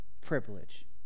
privilege